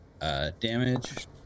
damage